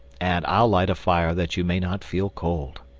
and i'll light a fire that you may not feel cold.